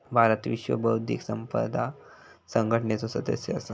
भारत विश्व बौध्दिक संपदा संघटनेचो सदस्य असा